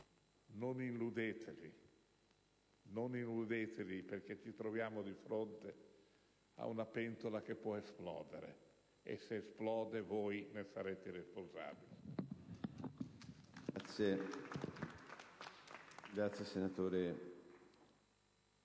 Non illudeteli, perché ci troviamo di fronte a una pentola che può esplodere e, se esploderà, voi ne sarete i responsabili.